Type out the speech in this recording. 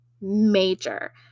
major